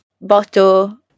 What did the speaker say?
bottle